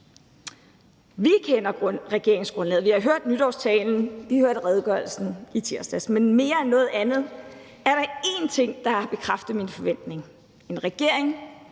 Vi kender regeringsgrundlaget, vi har hørt nytårstalen, og vi har hørt redegørelsen i tirsdags, men mere end noget andet er min forventning blevet bekræftet i forhold til én ting: En regering